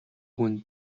хүнд